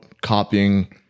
copying